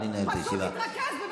פשוט תתרכז.